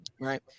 right